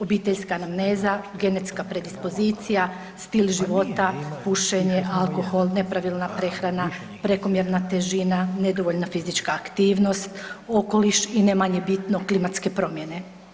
Obiteljska anemneza, genetska predispozicija, stil života, pušenje, alkohol, nepravilna prehrana, prekomjerna težina, nedovoljna fizička aktivnost, okoliš i ne manje bitno klimatske promjene.